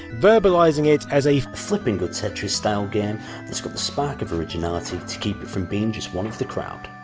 verbalising it as a flippin good tetris-style game that's got the spark of originality to keep it from being just one of the crowd